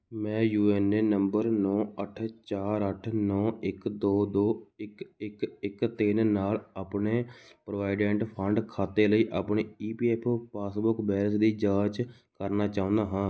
ਮੈਂ U N A number ਨੌ ਅੱਠ ਚਾਰ ਅੱਠ ਨੌ ਇੱਕ ਦੋ ਦੋ ਇੱਕ ਇੱਕ ਇੱਕ ਤਿੰਨ ਨਾਲ ਆਪਣੇ ਪ੍ਰੋਵਾਈਡੈਂਟ ਫੰਡ ਖਾਤੇ ਲਈ ਆਪਣੀ E P F O passbook balance ਦੀ ਜਾਂਚ ਕਰਨਾ ਚਾਹੁੰਦਾ ਹਾਂ